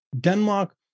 Denmark